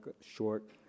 short